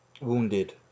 wounded